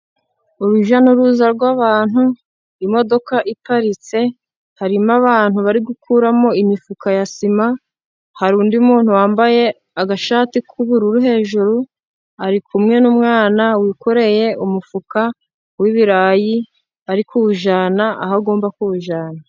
Urujya n'uruza rw'abantu, imodoka iparitse harimo abantu bari gukuramo imifuka ya sima, hari undi muntu wambaye agashati k'ubururu hejuru arikumwe n'umwana wikoreye umufuka w'ibirayi ari kuwujyana aho agomba kujyana.